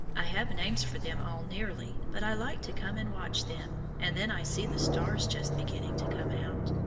i have names for them all nearly, but i like to come and watch them, and then i see the stars just beginning to come out.